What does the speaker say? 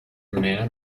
man